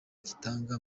gitanga